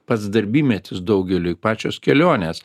pats darbymetis daugeliui pačios kelionės